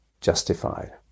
justified